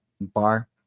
bar